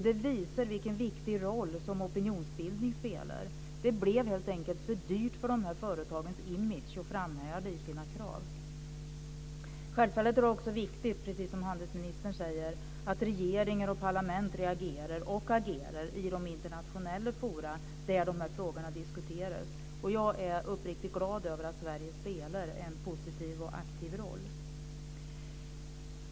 Detta visar vilken viktig roll som opinionsbildning spelar. Det blev helt enkelt för dyrt för de här företagens image att framhärda i sina krav. Självfallet är det också viktigt, precis som handelsministern säger, att regeringar och parlament reagerar och agerar i de internationella forum där de här frågorna diskuteras. Jag är uppriktigt glad över att Sverige spelar en positiv och aktiv roll.